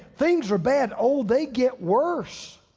things are bad, oh, they get worse.